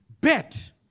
Bet